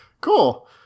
Cool